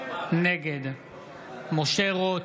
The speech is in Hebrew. נגד משה רוט,